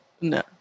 No